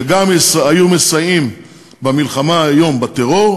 שגם היו מסייעים היום במלחמה בטרור,